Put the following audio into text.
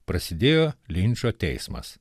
prasidėjo linčo teismas